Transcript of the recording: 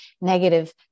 negative